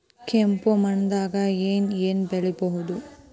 ಕೆಂಪು ಮಣ್ಣದಾಗ ಏನ್ ಏನ್ ಬೆಳಿಬೊದು?